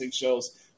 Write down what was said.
shows